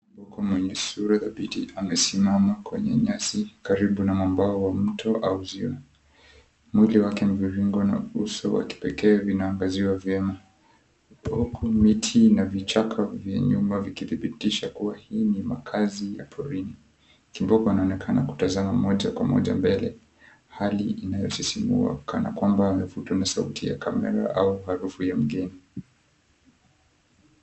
Kwa mwenye sura dhabiti amesimama kwenye nyasi karibu na mwambao wa mto au ziwa. Mwili wake ni mviringo na uso wa kipekee vinaangaziwa vyema, huku miti na vichaka vya nyuma vikidhibitisha kuwa hii ni makazi ya porini. Kiboko anaonekana kutazama moja kwa moja mbele hali inayosisimua kana kwamba amevutwa na sauti ya kamera au harufu ya mgeni.